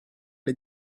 les